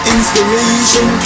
Inspiration